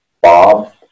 Bob